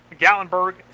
Gallenberg